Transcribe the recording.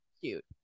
cute